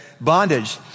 bondage